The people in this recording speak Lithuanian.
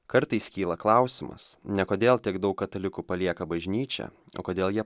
kartais kyla klausimas ne kodėl tiek daug katalikų palieka bažnyčią kodėl jie